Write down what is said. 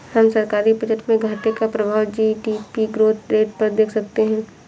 हम सरकारी बजट में घाटे का प्रभाव जी.डी.पी ग्रोथ रेट पर देख सकते हैं